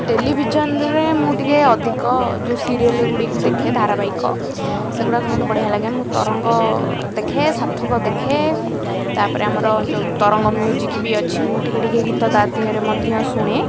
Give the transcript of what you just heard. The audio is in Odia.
ଟେଲିଭିଜନ୍ରେ ମୁଁ ଟିକେ ଅଧିକ ଯେଉଁ ସିରିଏଲ୍ ଗୁଡ଼ିକୁ ଦେଖେ ଧାରାବାହିକ ସେଗୁଡ଼ାକ ମୋତେ ବଢ଼ିଆ ଲାଗେ ମୁଁ ତରଙ୍ଗ ଦେଖେ ସାର୍ଥକ୍ ଦେଖେ ତା'ପରେ ଆମର ଯେଉଁ ତରଙ୍ଗ ମ୍ୟୁଜିକ୍ ବି ଅଛି ମୁଁ ଟିକେ ଟିକେ ଗୀତ ତା ଦେହରେ ମଧ୍ୟ ଶୁଣେ